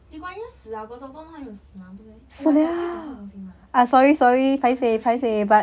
lee kuan yew 死 liao goh chok tong 都还没有死吗不是 meh oh my god 可以讲这种东西吗 sorry sorry